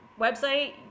website